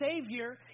Savior